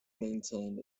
maintained